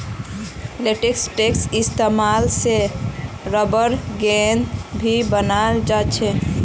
लेटेक्सेर इस्तेमाल से रबरेर गेंद भी बनाल जा छे